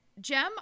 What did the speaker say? Jem